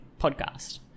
podcast